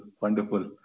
wonderful